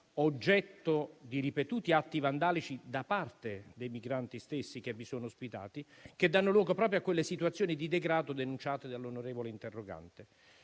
oggetto di ripetuti atti vandalici da parte dei migranti stessi che vi sono ospitati, che danno luogo proprio a quelle situazioni di degrado denunciate dall'onorevole interrogante.